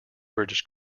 british